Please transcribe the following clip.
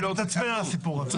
כי אתה תתעצבן על הסיפור הזה.